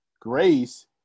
Grace